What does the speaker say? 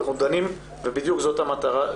אנחנו דנים ובדיוק זאת המטרה,